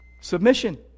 Submission